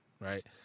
right